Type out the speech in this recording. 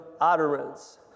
utterance